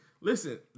Listen